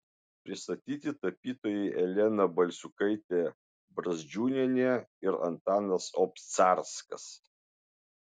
pristatyti tapytojai elena balsiukaitė brazdžiūnienė ir antanas obcarskas